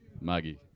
Maggie